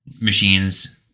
machines